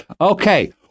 Okay